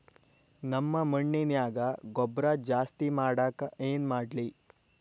ನಮ್ಮ ಮಣ್ಣಿನ್ಯಾಗ ಗೊಬ್ರಾ ಜಾಸ್ತಿ ಮಾಡಾಕ ಏನ್ ಮಾಡ್ಲಿ?